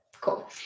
Cool